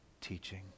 teaching